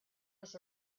was